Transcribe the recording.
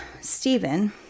Stephen